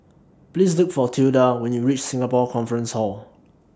Please Look For Tilda when YOU REACH Singapore Conference Hall